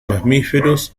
mamíferos